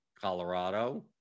Colorado